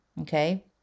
Okay